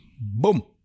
Boom